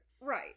Right